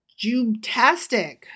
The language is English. jubtastic